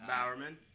Bowerman